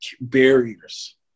barriers